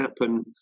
happen